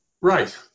Right